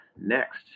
next